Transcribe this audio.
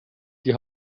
die